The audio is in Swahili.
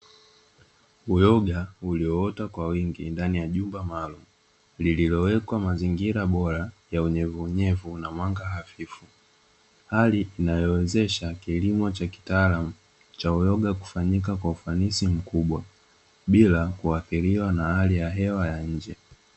Uyoga ulioota kwa wingi ndani ya jumba maalumu, liliowekwa mazingira bora ya unyevuunyevu na mwanga hafifu, hali inayowezesha kilimo cha kitaalamu cha uyoga kufanyika kwa ufanisi mkubwa bila ya kuathilriwa na hali ya hewa ya nje.